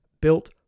Built